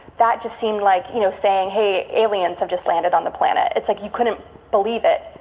that just seemed like, you know, saying, hey, aliens have just landed on the planet. it's like you couldn't believe it.